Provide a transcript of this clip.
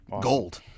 gold